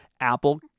Apple